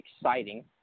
exciting